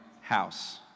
house